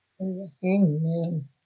Amen